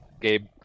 Gabe